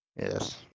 Yes